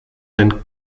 den